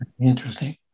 Interesting